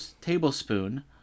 tablespoon